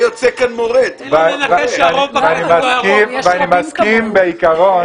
אני מסכים בעיקרון,